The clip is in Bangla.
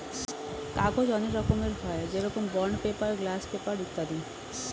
কাগজ অনেক রকমের হয়, যেরকম বন্ড পেপার, গ্লাস পেপার ইত্যাদি